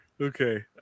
Okay